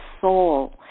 soul